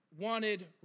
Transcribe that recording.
wanted